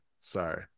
sorry